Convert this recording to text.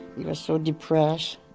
he was so depressed.